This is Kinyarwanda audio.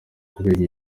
kubera